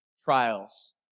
Trials